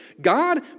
God